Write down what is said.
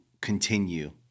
continue